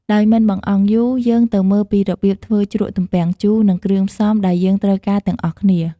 ដោយមិនបង្អង់យូរ យើងទៅមើលពីរបៀបធ្វើជ្រក់ទំពាំងជូរ និងគ្រឿងផ្សំដែលយើងត្រូវការទាំងអស់គ្នា។